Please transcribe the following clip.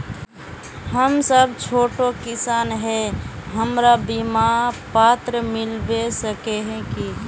हम सब छोटो किसान है हमरा बिमा पात्र मिलबे सके है की?